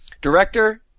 Director